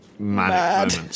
Mad